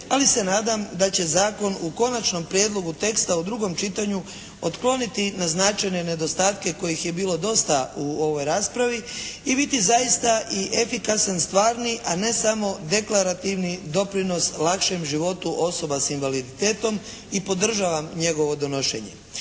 ali se nadam da će zakon u konačnom prijedlogu teksta u drugom čitanju otkloniti naznačene nedostatke kojih je bilo dosta u ovoj raspravi i biti zaista i efikasan stvarni, a ne samo deklarativni doprinos lakšem životu osoba sa invaliditetom i podržavam njegovo donošenje.